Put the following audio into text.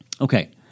Okay